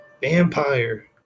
vampire